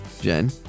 Jen